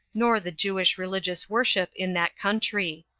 nor the jewish religious worship in that country.